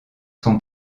son